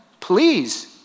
please